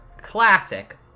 classic